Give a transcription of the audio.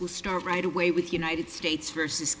well start right away with united states versus